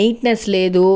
neatness లేదు